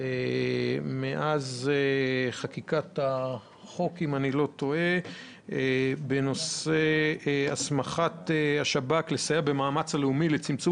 מאז חקיקת החוק בנושא הסמכת השב"כ לסייע במאמץ הלאומי לצמצום